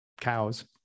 cows